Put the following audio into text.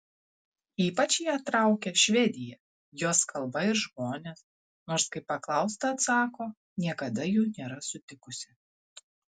ypač ją traukia švedija jos kalba ir žmonės nors kaip paklausta atsako niekada jų nėra sutikusi